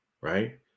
Right